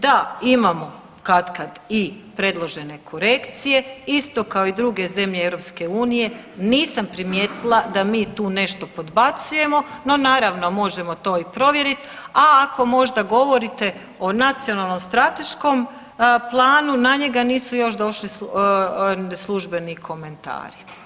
Da imamo katkada i predložene korekcije, isto kao i druge zemlje EU, nisam primijetila da mi tu nešto podbacujemo, no naravno možemo to i provjeriti, a ako možda govorite o Nacionalnom strateškom planu na njega nisu još došli službeni komentari.